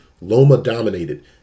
Loma-dominated